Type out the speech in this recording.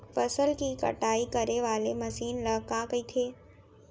फसल की कटाई करे वाले मशीन ल का कइथे?